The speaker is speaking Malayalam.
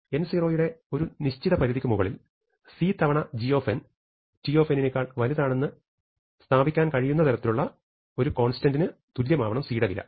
n0 യുടെ ഒരു നിശ്ചിത പരിധിക്കു മുകളിൽ c times g t നേക്കാൾ വലുതാണെന്ന് സ്ഥാപിക്കാൻ കഴിയുന്ന തരത്തിലുള്ള ഒരു കോൺസ്റ്റന്റ് ന് തുല്യമാവണം c യുടെ വില